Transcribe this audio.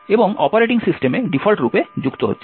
এবং অপারেটিং সিস্টেমে ডিফল্টরূপে যুক্ত হচ্ছে